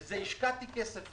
בזה השקעתי כסף,